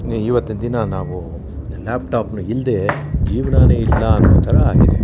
ಇವತ್ತಿನ ದಿನ ನಾವು ಲ್ಯಾಪ್ ಟಾಪ್ನ ಇಲ್ಲದೇ ಜೀವನಾನೆ ಇಲ್ಲ ಅನ್ನೋ ಥರ ಆಗಿದೆ